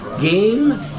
game